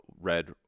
red